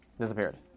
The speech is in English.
Disappeared